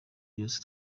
yose